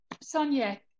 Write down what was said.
Sonia